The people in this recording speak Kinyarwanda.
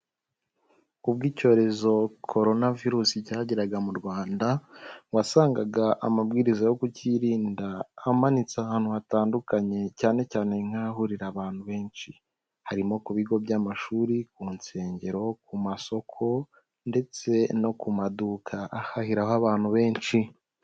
Ubwo icyorezo coronavirus cyageraga mu Rwanda wasangaga amabwiriza yo kucyirinda amanitse ahantu hatandukanye, cyane cyane nk'ahahurira abantu benshi. Harimo ku bigo by'amashuri, ku nsengero, ku masoko ndetse no ku maduka ahahiraho abantu benshi.